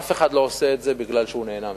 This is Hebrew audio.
אף אחד לא עושה את זה כי הוא נהנה מזה.